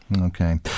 Okay